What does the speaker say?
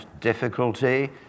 difficulty